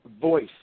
voice